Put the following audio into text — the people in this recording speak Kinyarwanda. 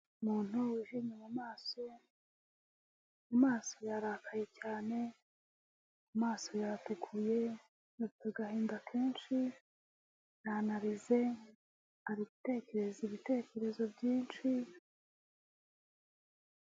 Umuntu wijimye mu amasoso, mu maso yarakaye cyane, amasoso yatukuye, afite agahinda kenshi, yanaririze aratekereza ibitekerezo byinshi.